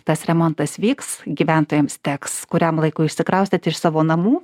tas remontas vyks gyventojams teks kuriam laikui išsikraustyt iš savo namų